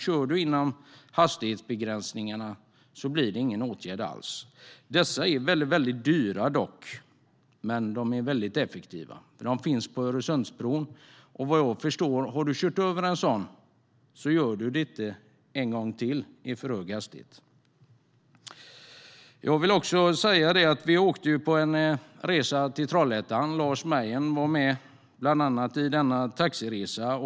Kör man inom hastighetsbegränsningen blir det ingen åtgärd alls. Dessa farthinder är väldigt dyra, men de är också väldigt effektiva. De finns på Öresundsbron. Har du kört över en sådan i för hög hastighet gör du det inte en gång till, vad jag förstår. Jag vill också nämna en resa vi gjorde till Trollhättan. Bland annat var Lars Mejern med på denna taxiresa.